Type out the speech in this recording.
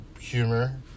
humor